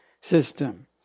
system